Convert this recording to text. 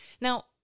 now